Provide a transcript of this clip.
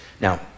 now